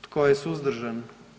Tko je suzdržan?